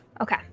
okay